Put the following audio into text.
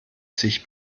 sich